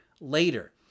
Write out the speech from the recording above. later